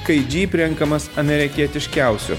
kai džyp renkamas amerikietiškiausiu